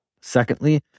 Secondly